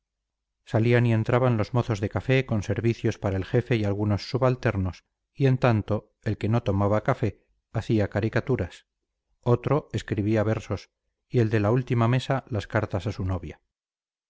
salían y entraban los mozos de café con servicios para el jefe y algunos subalternos y en tanto el que no tomaba café hacía caricaturas otro escribía versos y el de la última mesa las cartas a su novia